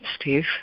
Steve